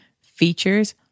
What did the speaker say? features